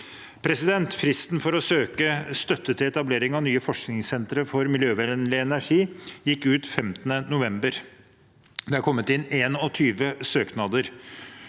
Fristen for å søke støtte til etablering av nye forskningssentre for miljøvennlig energi gikk ut 15. november. Det har kommet inn 21 søknader.